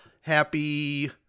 Happy